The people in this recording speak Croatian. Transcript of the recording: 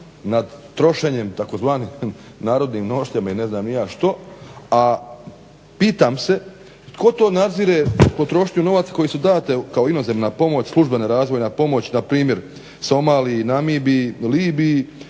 nad trošenjem tzv. narodnim nošnjama i ne znam ni ja što, a pitam se tko to nadzire potrošnju novaca koja su date kao inozemna službena razvojna pomoć npr. Somaliji, Namibiji, Libiji